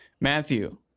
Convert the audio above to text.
Matthew